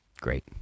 great